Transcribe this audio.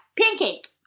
Pancake